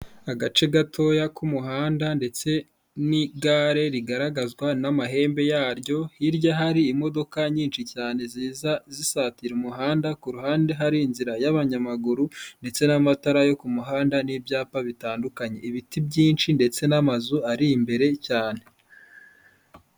Agace gatoya k'umuhanda ndetse n'igare rigaragazwa n'amahembe yaryo, hirya hari imodoka nyinshi cyane ziza zisatira umuhanda, ku ruhande hari inzira y'abanyamaguru ndetse n'amatara yo ku muhanda n'ibyapa bitandukanye, ibiti byinshi ndetse n'amazu ari imbere cyane.